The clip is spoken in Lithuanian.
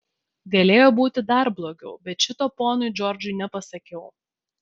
galėjo būti dar blogiau bet šito ponui džordžui nepasakiau